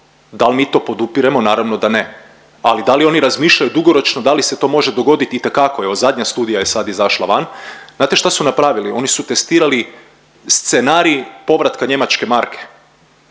Dal mi to podupiremo? Naravno da ne. Ali da li oni razmišljaju dugoročno, da li se može to dogodit? Itekako. Evo zadnja studija je sad izašla van, znate šta su napravili? Oni su testirali scenarij povratka njemačke marke